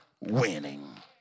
winning